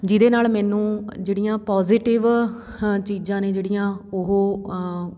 ਜਿਹਦੇ ਨਾਲ ਮੈਨੂੰ ਜਿਹੜੀਆਂ ਪੋਜ਼ੀਟਿਵ ਹ ਚੀਜ਼ਾਂ ਨੇ ਜਿਹੜੀਆਂ ਉਹ